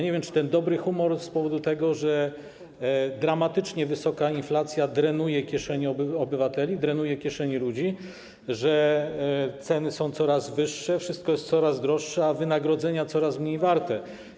Nie wiem, czy ten dobry humor jest z tego powodu, że dramatycznie wysoka inflacja drenuje kieszenie obywateli, drenuje kieszenie ludzi, że ceny są coraz wyższe, wszystko jest coraz droższe, a wynagrodzenia coraz mniej warte.